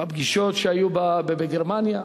בפגישות שהיו בגרמניה,